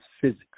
physics